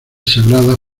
sagradas